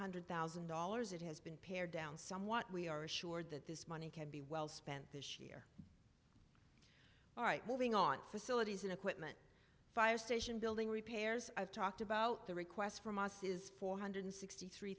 hundred thousand dollars it has been pared down somewhat we are assured that this money can be well spent this year all right moving on facilities and equipment fire station building repairs i've talked about the requests from us is four hundred sixty three